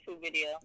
video